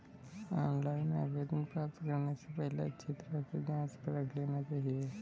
online आवेदन प्राप्त करने से पहले अच्छी तरह से जांच परख लेना चाहिए